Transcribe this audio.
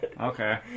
okay